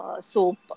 soap